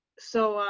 so,